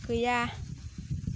गैया